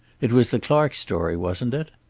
it was the clark story, wasn't it?